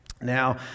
Now